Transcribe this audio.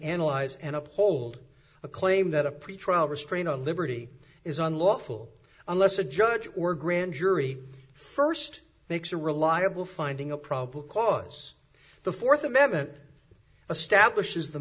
analyze and uphold a claim that a pretrial restraint on liberty is unlawful unless a judge or grand jury first makes a reliable finding a probable cause the fourth amendment a stablish is the